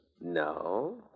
No